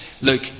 look